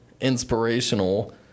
inspirational